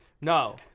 No